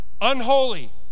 unholy